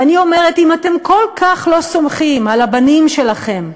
ואני אומרת: אם אתם כל כך לא סומכים על הבנים שלכם,